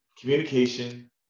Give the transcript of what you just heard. communication